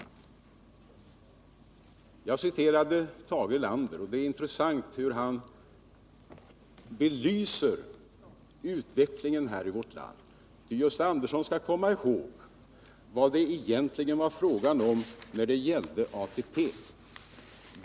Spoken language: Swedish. Jag citerade Tage Erlander, och det är intressant hur han belyser utvecklingen i vårt land. Ty Gösta Andersson skall komma ihåg vad det egentligen var fråga om då det gällde ATP.